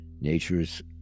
Nature's